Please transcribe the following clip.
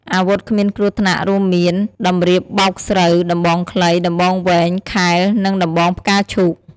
អាវុធគ្មានគ្រោះថ្នាក់ រួមមាន តម្បៀតបោកស្រូវ ដំបងខ្លី ដំបងវែង ខែល និងដំបងផ្កាឈូក។